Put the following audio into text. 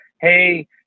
Hey